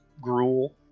gruel